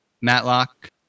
Matlock